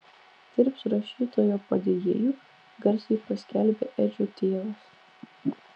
dirbs rašytojo padėjėju garsiai paskelbė edžio tėvas